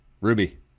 Ruby